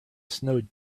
snowed